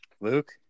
Luke